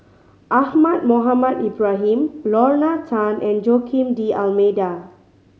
Ahmad Mohamed Ibrahim Lorna Tan and Joaquim D'Almeida